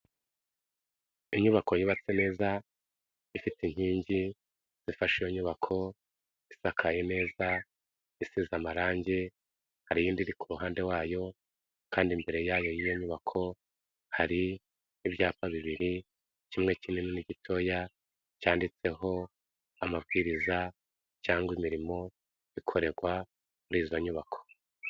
Inyubako yubatse neza ifite inkingi zifasha iyo nyubako zisakaye neza isize amarangi, hari iy'indi iri ku ruhande wayo kandi imbere yayo yiyo nyubako hari ibyapa bibiri kimwe kinini n'igitoya cyanditseho amabwiriza cyangwa imirimo ikorerwa muri izo nyubako.